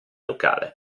locale